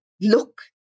look